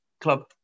club